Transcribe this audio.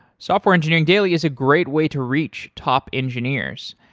software engineering daily is a great way to reach top engineers.